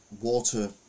water